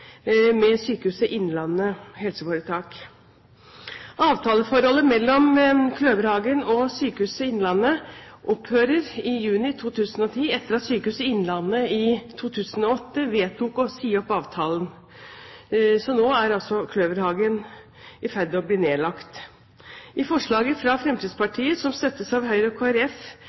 med Sykehuset Innlandet HF. Avtaleforholdet mellom Kløverhagen og Sykehuset Innlandet opphører i juni 2010 etter at Sykehuset Innlandet i 2008 vedtok å si opp avtalen. Nå er altså Kløverhagen i ferd med å bli nedlagt. I forslaget fra Fremskrittspartiet, som støttes av Høyre og